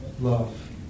Love